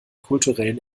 kulturellen